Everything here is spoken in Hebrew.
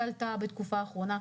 שעלתה בתקופה האחרונה.